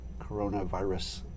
coronavirus